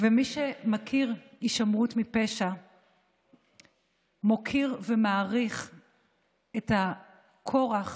ומי שמכיר הישמרות מפשע מוקיר ומעריך את הכורח